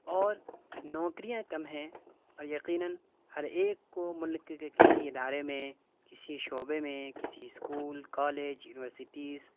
اور نوکریاں کم ہیں اور یقیناً ہر ایک کو ملک کے کسی ادارے میں کسی شعبے میں کسی اسکول کالج یونیورسٹیز